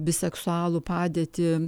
biseksualų padėtį